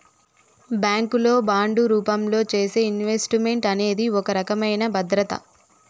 bank లో bond రూపంలో చేసే ఇన్వెస్ట్ మెంట్ అనేది ఒక రకమైన భద్రత